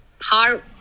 hard